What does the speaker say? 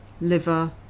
liver